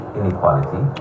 inequality